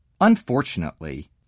Unfortunately